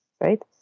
Right